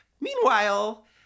Meanwhile